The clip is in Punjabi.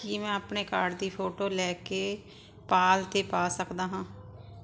ਕੀ ਮੈਂ ਆਪਣੇ ਕਾਰਡ ਦੀ ਫੋਟੋ ਲੈ ਕੇ ਪਾਲ 'ਤੇ ਪਾ ਸਕਦਾ ਹਾਂ